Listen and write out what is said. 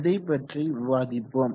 அதை பற்றி விவாதிப்போம்